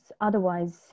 Otherwise